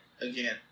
again